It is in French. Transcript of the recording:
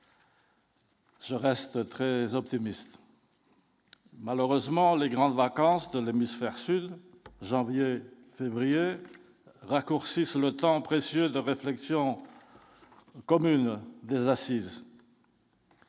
Je reste très optimiste, malheureusement, les grandes vacances de l'hémisphère sud, janvier, février raccourcissent le temps précieux de réflexion commune des assises.